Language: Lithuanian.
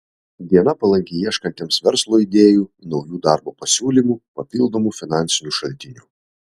diena palanki ieškantiems verslo idėjų naujų darbo pasiūlymų papildomų finansinių šaltinių